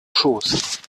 schoß